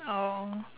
oh